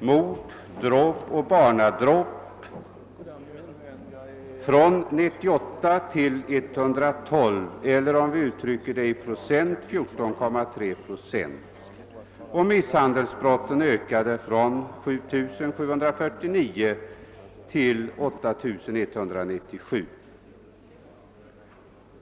mord, dråp och barnadråp från 98 till 112 eller, om vi uttrycker det i procent, med 14,3 och misshandelsbrotten från 7 749 till 8197.